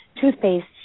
toothpaste